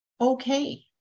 okay